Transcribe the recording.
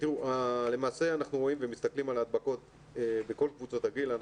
למעשה אנחנו רואים ומסתכלים על ההדבקות בכל קבוצות הגיל.